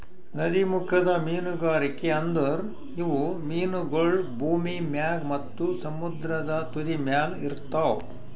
ನದೀಮುಖದ ಮೀನುಗಾರಿಕೆ ಅಂದುರ್ ಇವು ಮೀನಗೊಳ್ ಭೂಮಿ ಮ್ಯಾಗ್ ಮತ್ತ ಸಮುದ್ರದ ತುದಿಮ್ಯಲ್ ಇರ್ತಾವ್